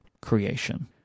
creation